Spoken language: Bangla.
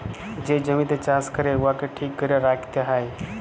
যে জমিতে চাষ ক্যরে উয়াকে ঠিক ক্যরে রাইখতে হ্যয়